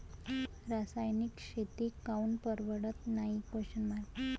रासायनिक शेती काऊन परवडत नाई?